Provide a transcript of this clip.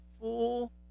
full